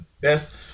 best